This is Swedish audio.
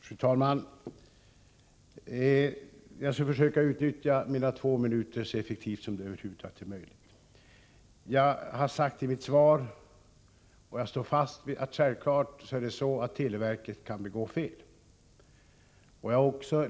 Fru talman! Jag skall försöka utnyttja mina två minuter så effektivt som det över huvud taget är möjligt. Jag har i mitt svar sagt att televerket självfallet kan begå fel — och det håller jag fast vid.